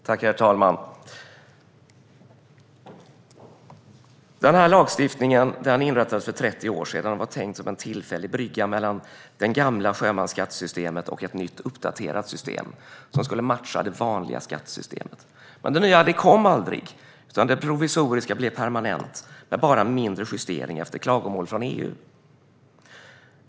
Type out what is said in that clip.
Herr talman! Den här lagstiftningen inrättades för 30 år sedan och var tänkt som en tillfällig brygga mellan det gamla sjömansskattesystemet och ett nytt uppdaterat system som skulle matcha det vanliga skattesystemet. Men det nya kom aldrig, utan det provisoriska blev permanent med bara mindre justeringar efter klagomål från EU.